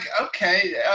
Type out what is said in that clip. okay